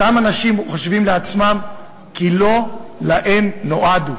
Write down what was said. אותם אנשים חושבים לעצמם כי לא להם נועד הוא.